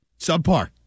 Subpar